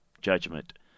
judgment